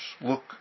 Look